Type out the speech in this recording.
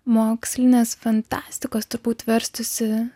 mokslinės fantastikos turbūt verstųsi